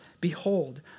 behold